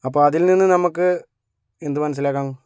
അപ്പോൾ അതിൽ നിന്ന് നമ്മക്ക് എന്ത് മനസ്സിലാക്കാം